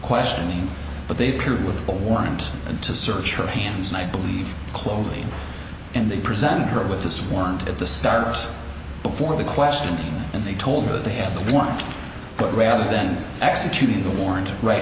questioning but they paired with a warrant to search her hands and i believe clothing and they presented her with this warrant at the start before the question and they told her that they have no one but rather than executing the warrant right